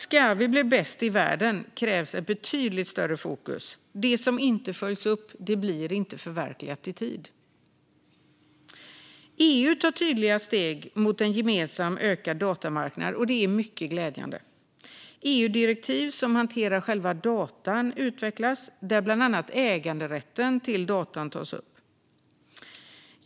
Om vi ska bli bäst i världen krävs ett betydligt större fokus. Det som inte följs upp blir inte förverkligat i tid. EU tar tydliga steg mot en gemensam öppen datamarknad, och detta är mycket glädjande. EU-direktiv som hanterar data utvecklas, och där tas bland annat äganderätten till data upp.